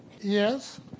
Yes